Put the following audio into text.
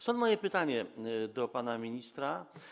Stąd moje pytanie do pana ministra: